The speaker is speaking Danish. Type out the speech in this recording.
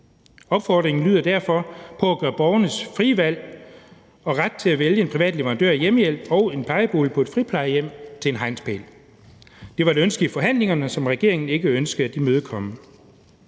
Opfordringen lyder derfor på at gøre borgernes frie valg og ret til at vælge en privat leverandør af hjemmehjælp og en plejebolig på et friplejehjem til en hegnspæl. Det var et ønske i forhandlingerne, som regeringen ikke ønskede at imødekomme.